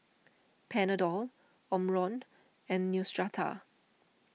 Panadol Omron and Neostrata